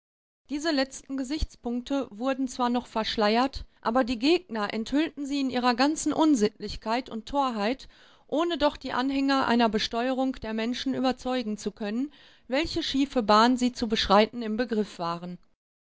diese letzten gesichtspunkte wurden zwar noch verschleiert aber die gegner enthüllten sie in ihrer ganzen unsittlichkeit und torheit ohne doch die anhänger einer besteuerung der menschen überzeugen zu können welche schiefe bahn sie zu beschreiten im begriff waren